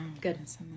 Goodness